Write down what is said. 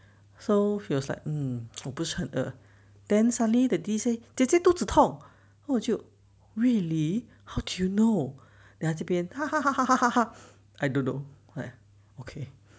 so he was like mm 我不是很饿 then suddenly 弟弟 say 姐姐肚子痛我就 really how do you know then 他这边 I don't know like okay